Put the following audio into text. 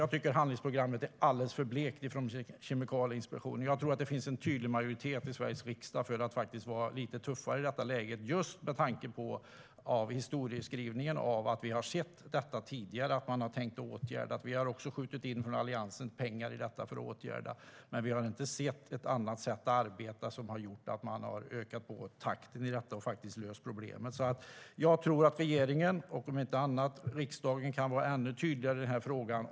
Jag tycker att handlingsprogrammet från Kemikalieinspektionen är alldeles för blekt, och jag tror att det finns en tydlig majoritet i Sveriges riksdag för att faktiskt vara lite tuffare i detta läge - just med tanke på historieskrivningen. Vi har tidigare sett att man har tänkt att åtgärda detta, och vi har från Alliansens sida skjutit till pengar för att man ska kunna göra det. Vi har dock inte sett ett annat sätt att arbeta som har gjort att man har ökat takten och löst problemet. Jag tror alltså att regeringen, och om inte annat riksdagen, kan vara ännu tydligare i den här frågan.